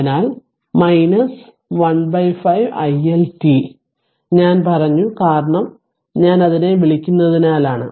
അതിനാൽ 15 i L t ഞാൻ പറഞ്ഞു കാരണം ഞാൻ അതിനെ വിളിക്കുന്നതിനാലാണ്